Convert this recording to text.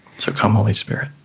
so come, holy spirit